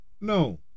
No